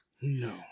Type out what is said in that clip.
No